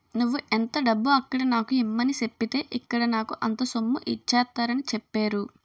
నువ్వు ఎంత డబ్బు అక్కడ నాకు ఇమ్మని సెప్పితే ఇక్కడ నాకు అంత సొమ్ము ఇచ్చేత్తారని చెప్పేరు